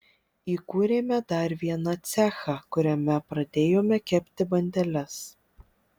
įkūrėme dar vieną cechą kuriame pradėjome kepti bandeles